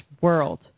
world